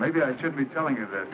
maybe i should be telling you that